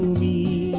the